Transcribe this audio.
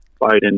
Biden